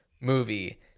movie